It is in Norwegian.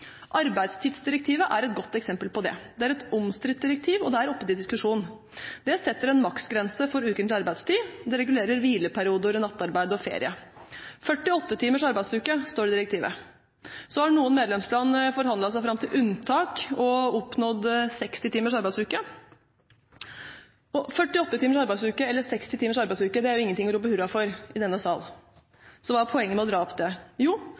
Arbeidstidsdirektivet er et godt eksempel på det. Det er et omstridt direktiv, og det er oppe til diskusjon. Det setter en maksgrense for ukentlig arbeidstid, og det regulerer hvileperioder, nattarbeid og ferie – 48 timers arbeidsuke, står det i direktivet. Så har noen medlemsland forhandlet seg fram til unntak og oppnådd 60 timers arbeidsuke. 48 timers arbeidsuke eller 60 timers arbeidsuke er ingenting å rope hurra for i denne sal. Så hva er poenget med å dra opp det?